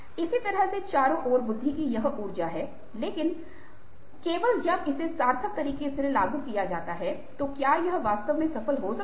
इसी तरह से चारों ओर बुद्धि की यह ऊर्जा है लेकिन केवल जब इसे सार्थक तरीके से लागू किया जाता है तो क्या यह वास्तव में सफल हो सकता है